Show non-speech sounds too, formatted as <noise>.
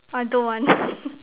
I don't want <laughs>